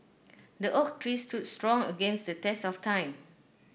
the oak tree stood strong against the test of time